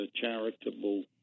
charitable